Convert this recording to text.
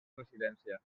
residència